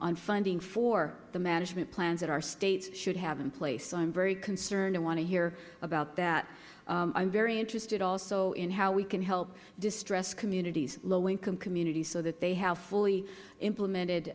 on funding for the management plans that our states should have in place so i am very concerned i want to hear about that i am very interested also in how we can help distressed communities low income communities so that they have fully implemented